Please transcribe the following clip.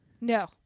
No